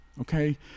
okay